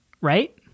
Right